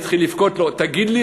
התחיל לבכות לו: תגיד לי,